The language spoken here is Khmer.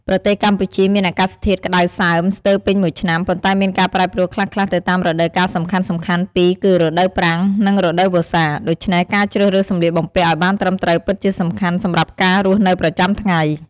ប្រទេសកម្ពុជាមានអាកាសធាតុក្តៅសើមស្ទើរពេញមួយឆ្នាំ ប៉ុន្តែមានការប្រែប្រួលខ្លះៗទៅតាមរដូវកាលសំខាន់ៗពីរគឺ រដូវប្រាំង និងរដូវវស្សា ដូច្នេះការជ្រើសរើសសម្លៀកបំពាក់ឱ្យបានត្រឹមត្រូវពិតជាសំខាន់សម្រាប់ការរស់នៅប្រចាំថ្ងៃ។